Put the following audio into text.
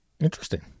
Interesting